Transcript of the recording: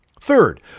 Third